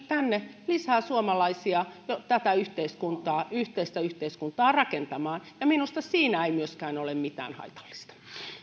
tänne lisää suomalaisia tätä yhteistä yhteiskuntaa rakentamaan ja minusta siinä ei myöskään ole mitään haitallista